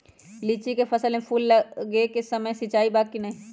लीची के फसल में फूल लगे के समय सिंचाई बा कि नही?